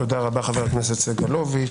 תודה רבה, חבר הכנסת סגלוביץ'.